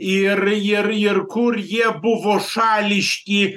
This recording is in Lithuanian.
ir ir ir kur jie buvo šališki